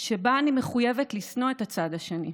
שבה אני מחויבת לשנוא את הצד השני.